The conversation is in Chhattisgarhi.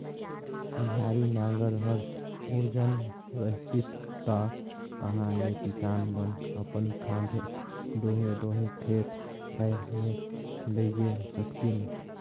ओन्हारी नांगर हर ओजन रहतिस ता कहा ले किसान मन अपन खांधे डोहे डोहे खेत खाएर मे लेइजे सकतिन